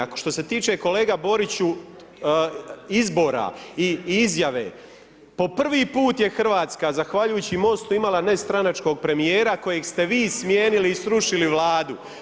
A što se tiče kolege Boriću izbora i izjave, po prvi put je Hrvatska zahvaljujući MOST-u imala nestranačkog premijera kojeg ste vi smijenili i srušili Vladu.